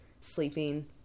sleeping